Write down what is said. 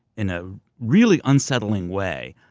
in a really unsettling way,